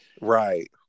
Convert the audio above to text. right